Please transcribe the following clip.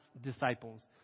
disciples